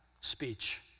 speech